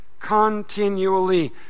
continually